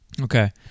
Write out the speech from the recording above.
Okay